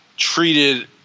Treated